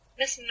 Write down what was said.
Miss